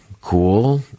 cool